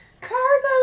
Carlos